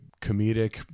comedic